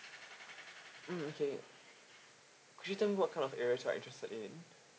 mm okay could you tell me what kind of areas you are interested in